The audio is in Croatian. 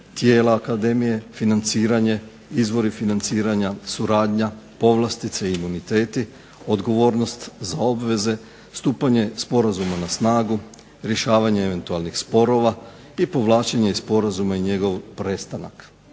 tijela akademije, financiranje, izvori financiranja, suradnja, povlastice, imuniteti, odgovornost za obveze, stupanje sporazuma na snagu, rješavanje eventualni sporova i povlačenje iz sporazuma i njegov prestanak.